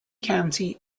county